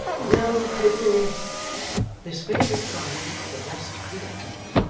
no popery this favourite cry the rest re-echoed,